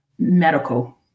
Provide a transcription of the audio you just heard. Medical